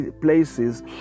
places